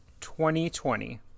2020